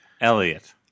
Elliot